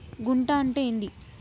గుంట అంటే ఏంది?